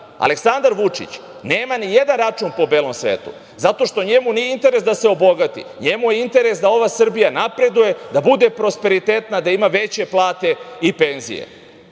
Aleksandar Vučić nema nijedan račun po belom svetu zato što njemu nije interes da se obogati. Njemu je interes da ova Srbija napreduje, da bude prosperitetna, da ima veće plate i penzije. Nemojte